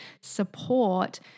support